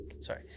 sorry